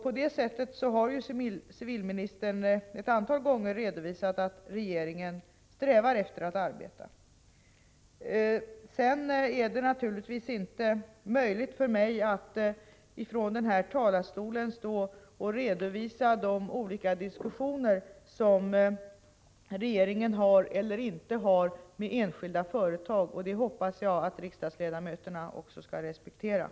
Civilministern har ju också ett antal gånger redovisat att regeringen strävar efter att arbeta på nämnda sätt. Sedan vill jag framhålla att jag naturligtvis inte har möjlighet att här i talarstolen redovisa vilka diskussioner regeringen för eller inte för med enskilda företag, och det hoppas jag att riksdagsledamöterna också respekterar.